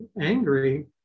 angry